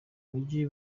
mujyi